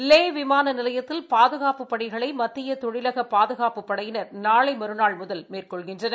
லே விமான நிலைத்தில் பாதுகாப்புப் பணிகளை மத்திய தொழிலக பாதுகாப்புப்படையினர் நாளை மறுநாள் முதல் மேற்கொள்கின்றனர்